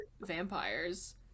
vampires